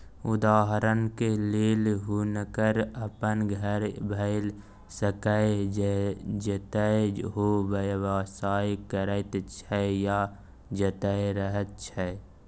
उदहारणक लेल हुनकर अपन घर भए सकैए जतय ओ व्यवसाय करैत छै या जतय रहय छै